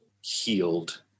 healed